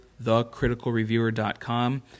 thecriticalreviewer.com